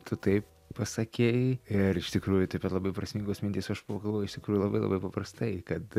tu taip pasakei ir iš tikrųjų taip pat labai prasmingos mintys aš pagalvojau iš tikrųjų labai labai paprastai kad